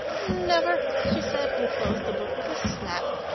never, she said, and closed the book with a snap.